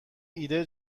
ایده